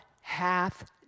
hath